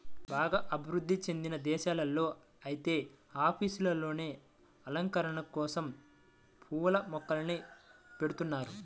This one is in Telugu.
బాగా అభివృధ్ధి చెందిన దేశాల్లో ఐతే ఆఫీసుల్లోనే అలంకరణల కోసరం పూల మొక్కల్ని బెడతన్నారు